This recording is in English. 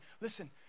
listen